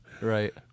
Right